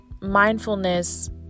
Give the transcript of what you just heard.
mindfulness